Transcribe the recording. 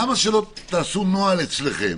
למה שלא תעשו נוהל אצלכם